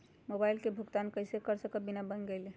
Mobile के भुगतान कईसे कर सकब बिना बैंक गईले?